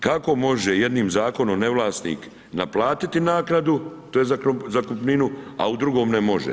Kako može jednim zakonom ne vlasnik naplatiti naknadu, tj. zakupninu a u drugom ne može.